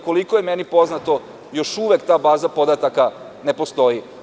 Koliko je meni poznato, još uvek ta baza podataka ne postoji.